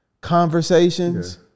conversations